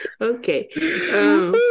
Okay